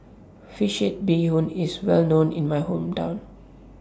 Fish Head Bee Hoon IS Well known in My Hometown